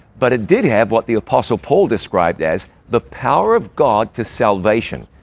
but it did have what the apostle paul described as the power of god to salvation.